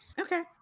okay